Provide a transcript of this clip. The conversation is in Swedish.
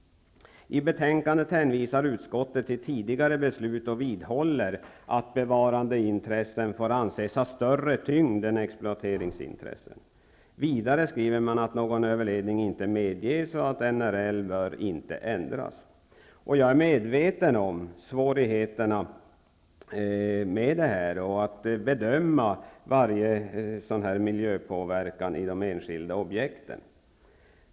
I betänkandet hänvisar utskottet till tidigare beslut och vidhåller att bevarandeintresset får anses ha större tyngd än exploateringsintresset. Vidare skriver utskottet att någon överledning inte medges och att NRL inte bör ändras. Jag är medveten om svårigheterna att bedöma miljöpåverkan av de enskilda objekten.